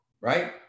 right